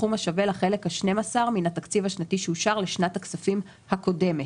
סכום השווה לחלק ה-12 מן התקציב השנתי שאושר לשנת הכספים הקודמת,